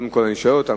קודם אני שואל אותם,